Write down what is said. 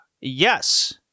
Yes